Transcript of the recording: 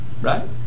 right